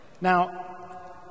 Now